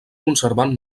conservant